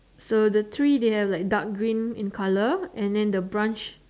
so the tree they have like dark green in colour and then the branch